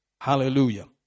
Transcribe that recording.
Hallelujah